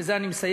ובזה אני מסיים,